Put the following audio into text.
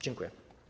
Dziękuję.